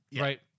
Right